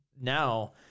now